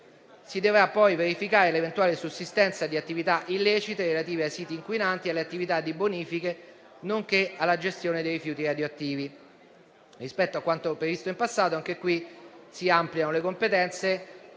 Si dovrà poi verificare l'eventuale sussistenza di attività illecite relative ai siti inquinanti e alle attività di bonifica, nonché alla gestione dei rifiuti radioattivi. Rispetto a quanto previsto in passato, anche qui si ampliano le competenze,